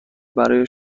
برای